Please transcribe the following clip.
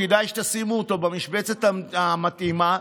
כדאי שתשימו אותו במשבצת המתאימה,